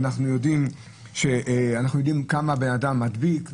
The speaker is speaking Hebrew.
ואחר שאנחנו יודעים כמה בן אדם מדביק.